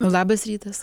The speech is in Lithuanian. labas rytas